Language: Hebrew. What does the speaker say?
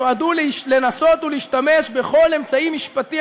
נועדו לנסות ולהשתמש בכל אמצעי משפטי